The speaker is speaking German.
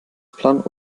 putzplan